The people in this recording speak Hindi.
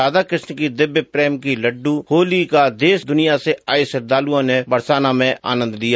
राधा कृष्ण की दिव्य प्रेम की लड़ड्र होली देश दनिया से आये श्रद्धालुओं ने बरसाना में आनंद लिया